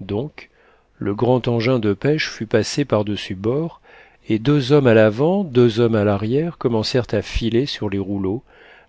donc le grand engin de pêche fut passé par-dessus bord et deux hommes à l'avant deux hommes à l'arrière commencèrent à filer sur les rouleaux